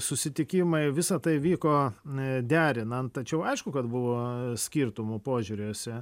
susitikimai visa tai vyko derinant tačiau aišku kad buvo skirtumų požiūriuose